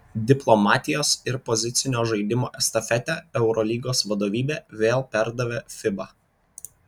diplomatijos ir pozicinio žaidimo estafetę eurolygos vadovybė vėl perdavė fiba